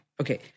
Okay